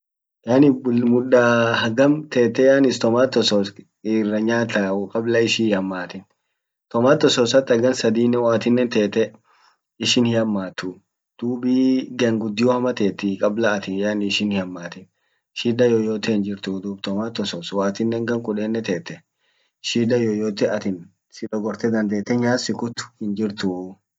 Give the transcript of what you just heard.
Yani hagam tette yani tomato sos irra nyaata kabla ishin hiamatin. tomato sos hata gan sadinen tette ishin hihamattu duubii gan gudio hama tettii kabla atin yani ishin hiamatin shida yeyote hin jirti duub tomato sos woatinen gan kudennen tette shida yeyote atin si dogorte nyaat sikutt hin jirtuu.